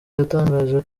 yatangaje